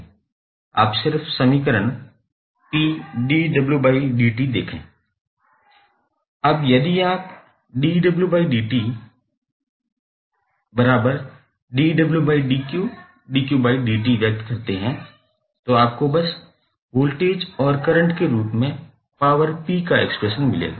आप सिर्फ समीकरण देखें अब यदि आप व्यक्त करते हैं तो आपको बस वोल्टेज और करंट के रूप में पॉवर p का एक्सप्रेशन मिलेगा